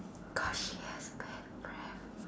cause she has bad breath